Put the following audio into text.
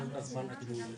אפרת שלמה,